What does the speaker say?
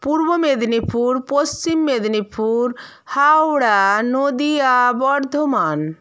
Purba Medinipur Paschim Medinipur Howrah Nadia Bardhaman